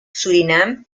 surinam